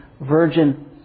virgin